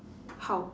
how